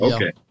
Okay